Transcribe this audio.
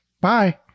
Bye